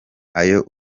ayo